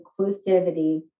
inclusivity